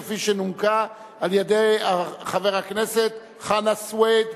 כפי שנומקה על-ידי חבר הכנסת חנא סוייד.